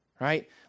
right